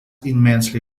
immensely